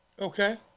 Okay